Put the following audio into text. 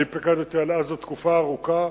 פיקדתי על עזה תקופה ארוכה,